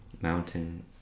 mountain